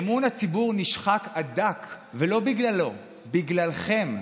אמון הציבור נשחק עד דק, ולא בגללו, בגללכם.